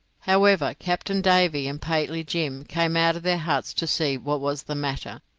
however, captain davy and pateley jim came out of their huts to see what was the matter,